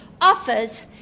offers